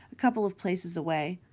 a couple of places away.